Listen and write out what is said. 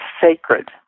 sacred